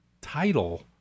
title